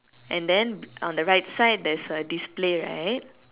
and then on the right side there's a display right